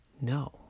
No